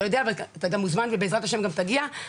אתה מוזמן ובע"ה גם תגיע,